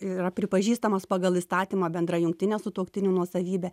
yra pripažįstamas pagal įstatymą bendra jungtine sutuoktinių nuosavybe